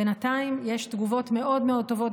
בינתיים יש תגובות מאוד מאוד טובות,